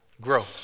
grow